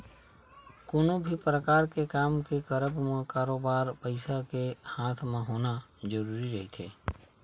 कोनो भी परकार के काम के करब म बरोबर पइसा के हाथ म होना जरुरी रहिथे